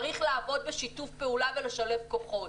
צריך לעבוד בשיתוף פעולה ולשלב כוחות.